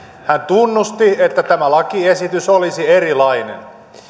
hän tunnusti että tämä lakiesitys olisi erilainen